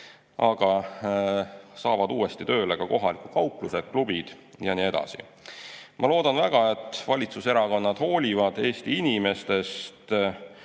Ja saavad uuesti tööle ka kohalikud kauplused, klubid jne. Ma loodan väga, et valitsuserakonnad hoolivad Eesti inimestest,